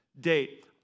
date